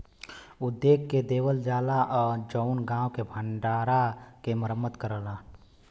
उद्योग के देवल जाला जउन गांव के भण्डारा के मरम्मत करलन